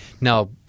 Now